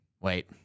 wait